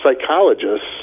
psychologists